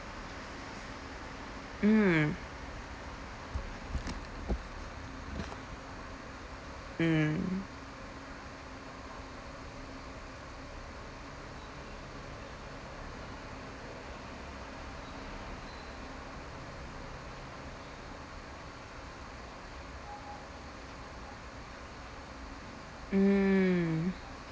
mm mm mm